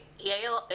יאיר,